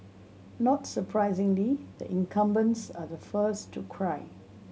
not surprisingly the incumbents are the first to cry